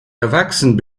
erwachsen